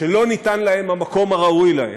שלא ניתן להן המקום הראוי להן,